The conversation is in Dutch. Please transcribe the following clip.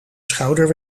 schouder